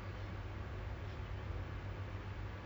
jurong east also considered C_B_D area but then